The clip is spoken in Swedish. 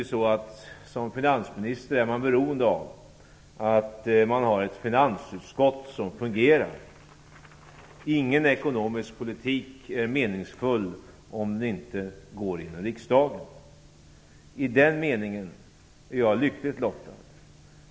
Som finansminister är man naturligtvis beroende av ha ett finansutskott som fungerar. Ingen ekonomisk politik är meningsfull om den inte går igenom i riksdagen. I den meningen är jag lyckligt lottad.